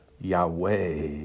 Yahweh